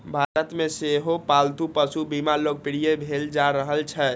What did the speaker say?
भारत मे सेहो पालतू पशु बीमा लोकप्रिय भेल जा रहल छै